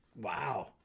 wow